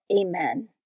Amen